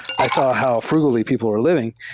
i saw how frugally people are living,